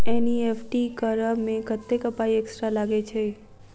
NEFT करऽ मे कत्तेक पाई एक्स्ट्रा लागई छई?